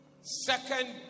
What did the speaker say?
Second